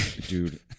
dude